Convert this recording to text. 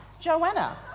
Joanna